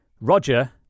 roger